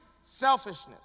selfishness